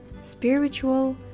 spiritual